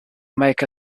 make